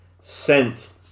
sent